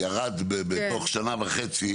שירדו בתוך שנה וחצי,